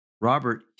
Robert